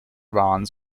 bonds